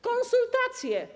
Konsultacje.